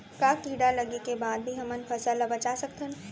का कीड़ा लगे के बाद भी हमन फसल ल बचा सकथन?